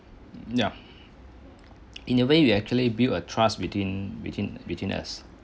ya in a way we actually build a trust between between between us